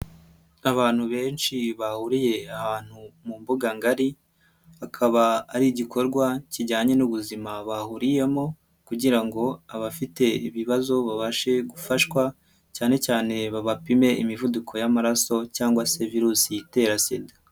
Abantu benshi bahuriye ahantu mu mbuganga ngari, bakaba ari igikorwa kijyanye n'ubuzima bahuriyemo kugira ngo abafite ibibazo babashe gufashwa cyane cyane babapime imivuduko y'amaraso cyangwa se virusi itera sida.